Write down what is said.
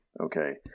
Okay